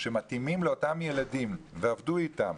מתאימים לאותם ילדים ועבדו אתם,